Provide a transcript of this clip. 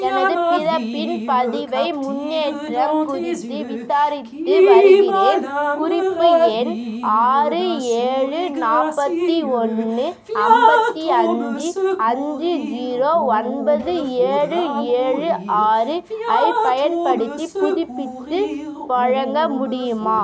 எனது பிறப்பின் பதிவை முன்னேற்றம் குறித்து விசாரித்து வருகிறேன் குறிப்பு எண் ஆறு ஏழு நாற்பத்தி ஒன்று ஐம்பத்தி அஞ்சு அஞ்சு ஜீரோ ஒன்பது ஏழு ஏழு ஆறு ஐப் பயன்படுத்தி புதுப்பித்து வழங்க முடியுமா